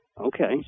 Okay